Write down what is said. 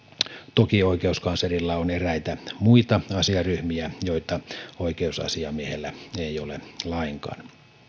toki oikeuskanslerilla on eräitä muita asiaryhmiä joita oikeusasiamiehellä ei ole lainkaan